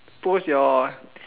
post your